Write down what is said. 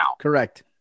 Correct